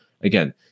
Again